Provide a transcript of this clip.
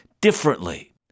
differently